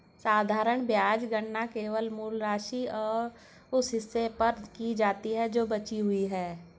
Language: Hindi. साधारण ब्याज गणना केवल मूल राशि, उस हिस्से पर की जाती है जो बची हुई है